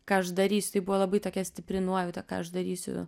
ką aš darysiu tai buvo labai tokia stipri nuojauta ką aš darysiu